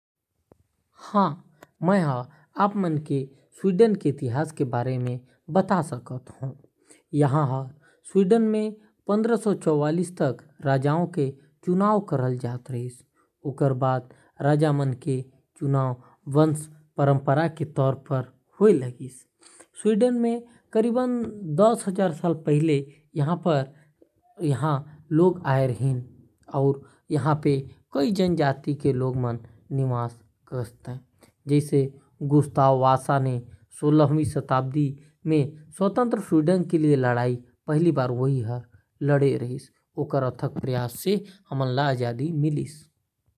स्विट्जरलैंड के तीन आधिकारिक भाषा हावयं- जर्मन, फ्रेंच, अउ इतालवी। स्विट्जरलैंड के राजधानी बर्न हवय। स्विट्जरलैंड के प्रमुख शहर म Zurich, Geneva, Basel, Interlaken, Lausanne, अउ लुत्सरन सामिल हे। स्विट्जरलैंड म घड़ी, पनीर, अउ चॉकलेट बहुत लोकप्रिय हावय।